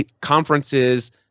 conferences